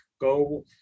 Go